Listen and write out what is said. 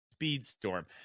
Speedstorm